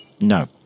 No